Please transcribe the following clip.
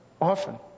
often